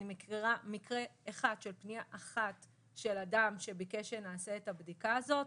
אני מכירה מקרה אחד של פניה אחת של אדם שביקש שנעשה את הבדיקה הזאת.